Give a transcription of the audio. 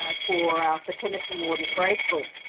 ah for ah for tennyson ward in graceville.